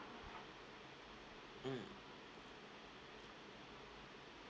mm